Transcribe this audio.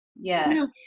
yes